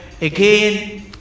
again